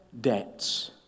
debts